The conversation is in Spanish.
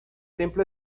templo